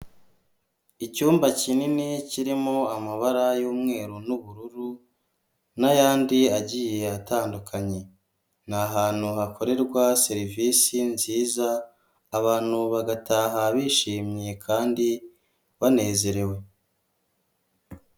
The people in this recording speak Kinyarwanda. Icyumba kinini kirimo amabara y'umweru n'ubururu, n'ayandi agiye atandukanye, ni ahantu hakorerwa serivisi nziza abantu bagataha bishimye kandi banezerewe.